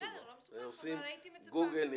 עושים גוגל,